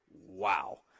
Wow